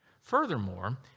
Furthermore